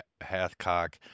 Hathcock